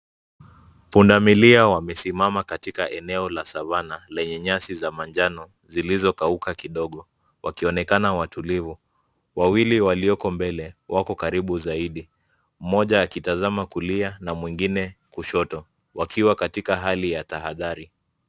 Pundamilia wamesimama katika eneo la savannah lenye nyasi za manjano zilizokauka kidogo wakionekana watulivu. Wawili walioko mbele wako karibu zaidi, mmoja akitazama kulia na mwingine kushoto wakiwa katika hali ya tahadhari.